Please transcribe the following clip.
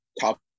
top